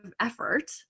effort